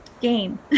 game